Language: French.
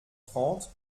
trente